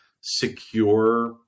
secure